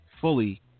fully